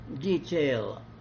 detail